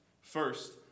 First